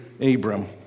Abram